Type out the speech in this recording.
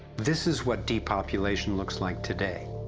this is what depopulation looks like today.